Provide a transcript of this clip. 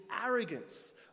arrogance